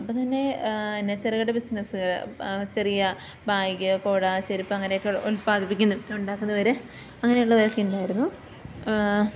അപ്പം തന്നെ പിന്നെ ചെറുകിട ബിസിനസ്സ് ചെറിയ ബാഗ് കുട ചെരുപ്പ് അങ്ങനെയൊക്കെ ഉത്പാദിപ്പിക്കുന്നു ഉണ്ടാക്കുന്നവർ അങ്ങനെയുള്ളവരൊക്കെ ഉണ്ടായിരുന്നു